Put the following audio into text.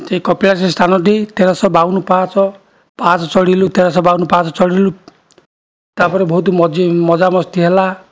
ସେଇ କପିଳାସ ସ୍ଥାନଟି ତେରଶ ବାବନ ପାହାଚ ପାହାଚ ଚଢ଼ିଲୁ ତେରଶ ବାବନ ପାହାଚ ଚଢ଼ିଲୁ ତାପରେ ବହୁତ ମଜି ମଜାମସ୍ତି ହେଲା